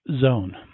zone